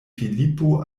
filipo